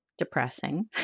depressing